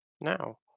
now